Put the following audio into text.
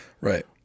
Right